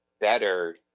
better